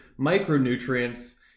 micronutrients